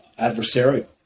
adversarial